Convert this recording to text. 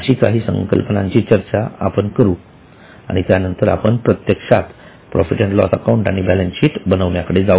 अशा काही संकल्पनांची आपण चर्चा करू आणि त्यानंतर आपण प्रत्यक्षात प्रॉफिट अँड लॉस अकाउंट आणि बॅलन्स शीट बनविण्याकडे जाऊ